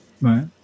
right